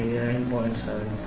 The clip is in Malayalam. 758 mm 29